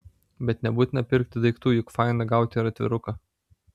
bet nebūtina pirkti daiktų juk faina gauti ir atviruką